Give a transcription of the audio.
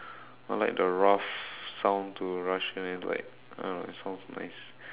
I like the rough sound to Russian it's like I don't know it sounds nice